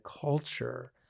culture